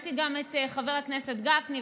שמעתי גם את חבר הכנסת גפני,